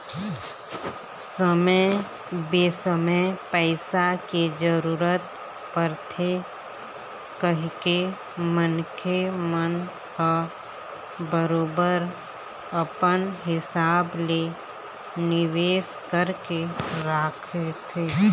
समे बेसमय पइसा के जरूरत परथे कहिके मनखे मन ह बरोबर अपन हिसाब ले निवेश करके रखथे